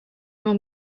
more